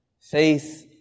faith